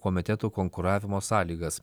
komitetų konkuravimo sąlygas